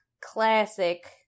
classic